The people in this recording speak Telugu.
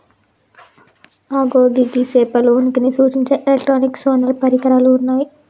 అగో గీ సేపల ఉనికిని సూచించే ఎలక్ట్రానిక్ సోనార్ పరికరాలు ఉన్నయ్యి